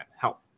help